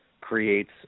creates